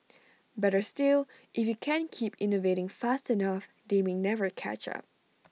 better still if you can keep innovating fast enough they may never catch up